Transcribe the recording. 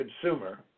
consumer